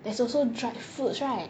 there's also dried foods right